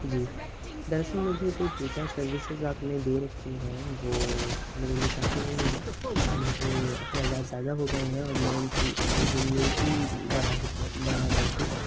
جی دراصل مجھے جو ڈیٹا سروسز آپ نے دے رکھی ہیں وہ میرے لیے کافی نہیں ہے میرے اخرآجاد زیادہ ہو گئے ہیں اور میں ان کی کنزیومٹی بڑھا دی بڑھا رہا ہوں ٹھیک ہے